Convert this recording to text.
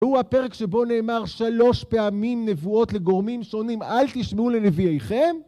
הוא הפרק שבו נאמר שלוש פעמים נבואות לגורמים שונים, אל תשמעו לנביאיכם.